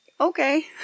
okay